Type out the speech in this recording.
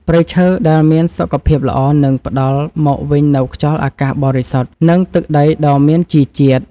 ព្រៃឈើដែលមានសុខភាពល្អនឹងផ្តល់មកវិញនូវខ្យល់អាកាសបរិសុទ្ធ និងទឹកដីដ៏មានជីជាតិ។